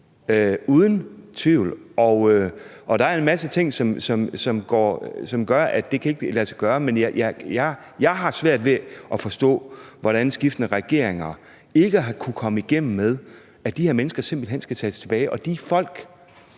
sendes tilbage. Der er en masse ting, der gør, at det ikke kan lade sig gøre, men jeg har svært ved at forstå, hvordan skiftende regeringer ikke har kunnet komme igennem med, at de her mennesker simpelt hen skal sendes tilbage, og de lande,